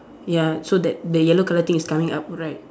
ya so that the yellow colour thing is coming up right